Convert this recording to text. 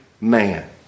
man